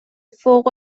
فوق